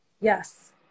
yes